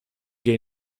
que